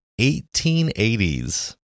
1880s